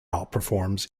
outperformed